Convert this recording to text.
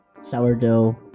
sourdough